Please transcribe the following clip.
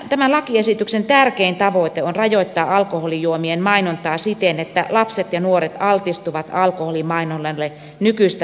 tämän lakiesityksen tärkein tavoite on rajoittaa alkoholijuomien mainontaa siten että lapset ja nuoret altistuvat alkoholimainonnalle nykyistä vähemmän